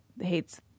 hates